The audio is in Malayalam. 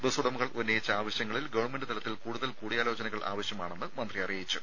ബസ്സുടമകൾ ഉന്നയിച്ച ആവശ്യങ്ങളിൽ ഗവൺമെന്റ് തലത്തിൽ കൂടുതൽ കൂടിയാലോചനകൾ ആവശ്യമാണെന്ന് മന്ത്രി അറിയിച്ചു